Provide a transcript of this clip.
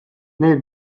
neil